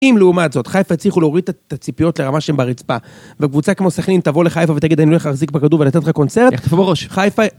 אם לעומת זאת, חיפה הצליחו להוריד את הציפיות לרמה שהן ברצפה, וקבוצה כמו סכנין תבוא לחיפה ותגיד אני הולך להחזיק בכדור ולתת לך קונצרט, כדור בראש. חיפה...